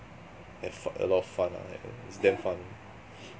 have fun a lot of fun ah it's damn fun